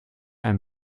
einem